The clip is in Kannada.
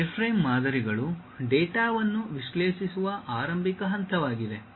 ಈ ವೈರ್ಫ್ರೇಮ್ ಮಾದರಿಗಳು ಡೇಟಾವನ್ನು ವಿಶ್ಲೇಷಿಸುವ ಆರಂಭಿಕ ಹಂತವಾಗಿದೆ